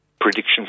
prediction